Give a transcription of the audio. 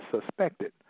suspected